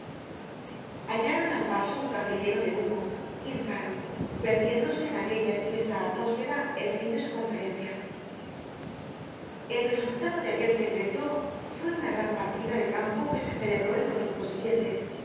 hallaron al paso un café lleno de humo y entraron perdiéndose en aquella espesa atmósfera el fin de su conferencia el resultado de aquel secreto fue una gran partida de campo que se celebró el domingo siguiente